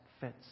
fits